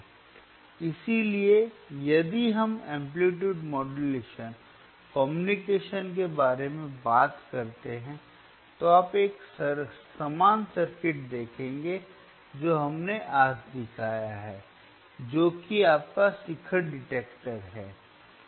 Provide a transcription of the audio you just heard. इसलिए यदि हम एम्पलीट्यूड मॉड्यूलेशन कम्युनिकेशन्स के बारे में बात करते हैं तो आप एक समान सर्किट देखेंगे जो हमने आज दिखाया है जो कि आपका शिखर डिटेक्टर है